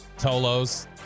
Tolos